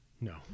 No